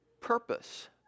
purpose